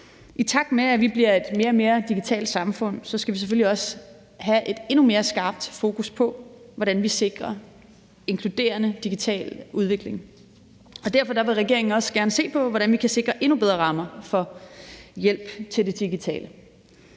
I takt med at vi bliver et mere og mere digitalt samfund, skal vi selvfølgelig også have et endnu mere skarpt fokus på, hvordan vi sikrer inkluderende digital udvikling, og derfor vil regeringen også gerne se på, hvordan vi kan sikre endnu bedre rammer for hjælp til det digitale.